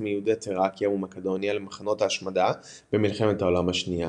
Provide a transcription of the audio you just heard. מיהודי תראקיה ומקדוניה למחנות השמדה במלחמת העולם השנייה.